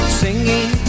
singing